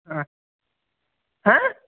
آ